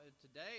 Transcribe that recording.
today